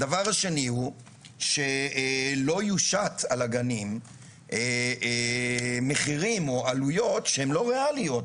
הדבר השני הוא שלא יושת על הגנים מחירים או עלויות שהם לא ריאליות,